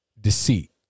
deceit